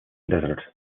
desert